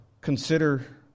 consider